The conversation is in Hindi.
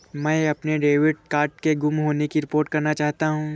मैं अपने डेबिट कार्ड के गुम होने की रिपोर्ट करना चाहता हूँ